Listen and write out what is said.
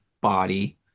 body